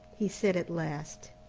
he said at last.